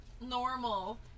normal